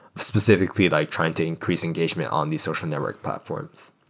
specifically like trying to increase engagement on these social network platforms.